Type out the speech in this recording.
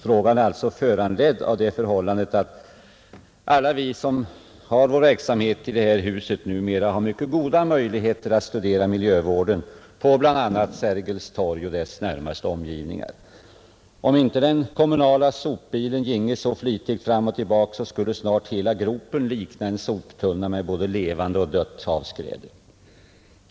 Frågan är alltså föranledd av det förhållandet att alla vi med verksamhet i detta hus numera har goda möjligheter att studera miljövården på bl.a. Sergels torg och dess närmaste omgivningar. Om inte den kommunala sopbilen ginge så flitigt fram och tillbaka skulle snart hela gropen likna en soptunna med både levande och dött avskräde.